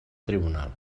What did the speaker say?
tribunal